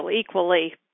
equally